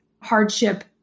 hardship